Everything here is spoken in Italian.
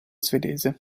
svedese